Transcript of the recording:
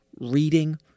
Reading